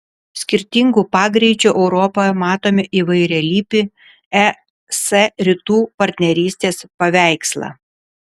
skirtingų pagreičių europoje matome įvairialypį es rytų partnerystės paveikslą